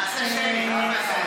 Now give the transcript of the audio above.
תמר,